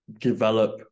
develop